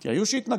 כי היו שהתנגדו,